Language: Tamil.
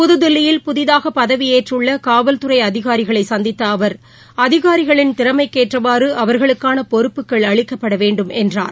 புதுதில்லியில் புதிதாக பதவியேற்றுள்ள காவல்துறை அதிகாரிகளை சந்தித்த அவர் அதிகாரிகளின் திறமைக்கேற்றவாறு அவா்களுக்கான பொறுப்புகள் அளிக்கப்பட வேண்டும் என்றார்